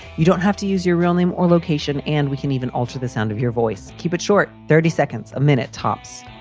you don't have to use your real name or location and we can even alter the sound of your voice. keep it short thirty seconds a minute, tops.